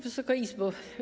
Wysoka Izbo!